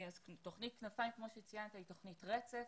תכנית "כנפיים" כמו שציינת היא תכנית רצף,